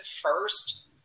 first